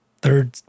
third